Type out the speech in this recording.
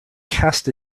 cast